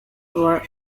were